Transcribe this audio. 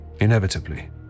Inevitably